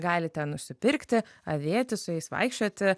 galite nusipirkti avėti su jais vaikščioti